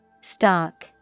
Stock